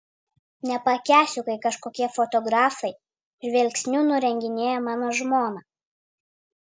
nepakęsiu kai kažkokie fotografai žvilgsniu nurenginėja mano žmoną